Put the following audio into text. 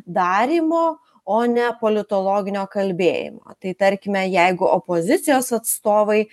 darymo o ne politologinio kalbėjimo tai tarkime jeigu opozicijos atstovai